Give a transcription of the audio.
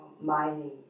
mining